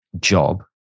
job